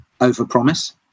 overpromise